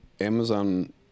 Amazon